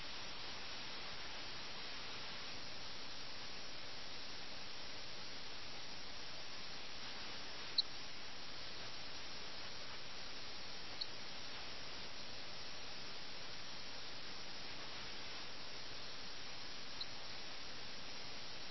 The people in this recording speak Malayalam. അതിനാൽ അവരുടെ പ്രവർത്തനങ്ങളും വാജിദ് അലി ഷായ്ക്ക് നേരിടേണ്ടി വരുന്ന സംഭവങ്ങളും തമ്മിൽ ബന്ധമുണ്ട്